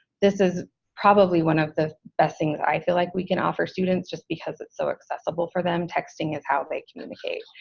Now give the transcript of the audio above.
this is probably one of the best things i feel like we can offer students just because it's so accessible for them texting is how they communicate.